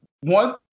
one